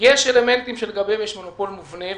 אלמנטים שלגביהם יש מונופול מובנה,